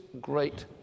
great